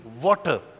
water